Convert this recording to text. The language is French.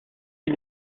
une